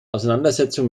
auseinandersetzung